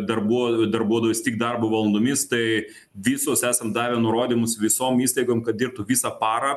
darbuo darbuodavos tik darbo valandomis tai visos esam davę nurodymus visom įstaigom kad dirbtų visą parą